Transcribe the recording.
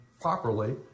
properly